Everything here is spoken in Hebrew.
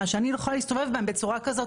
שאני לא יכולה להסתובב בהם בצורה כזאת.